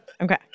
Okay